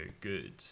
good